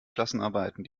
klassenarbeiten